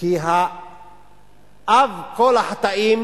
כי אבי כל החטאים